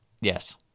Yes